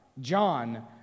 John